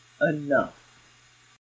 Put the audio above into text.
enough